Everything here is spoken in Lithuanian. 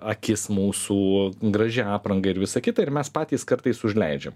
akis mūsų gražia apranga ir visa kita ir mes patys kartais užleidžiam